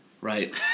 right